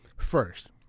First